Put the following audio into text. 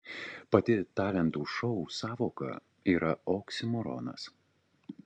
pati talentų šou sąvoka yra oksimoronas